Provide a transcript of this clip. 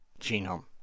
genome